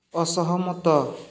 ଅସହମତ